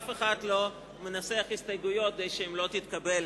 אף אחד לא מנסח הסתייגויות כדי שהן לא תתקבלנה.